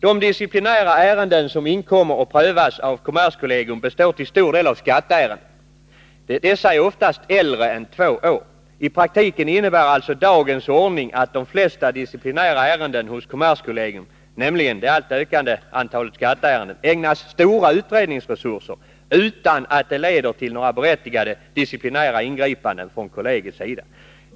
De disciplinära ärenden som inkommer och prövas av kommerskollegium består till stor del av skatteärenden. Dessa är oftast äldre än två år. I praktiken innebär alltså dagens ordning att de flesta disciplinära ärenden hos kommerskollegium — nämligen det alltmer ökande antalet skatteärenden — ägnas stora utredningsresurser, utan att det leder till några berättigade disciplinära ingripanden från kollegiets sida.